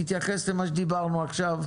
תתייחס למה שדיברנו עכשיו.